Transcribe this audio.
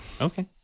Okay